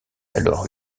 alors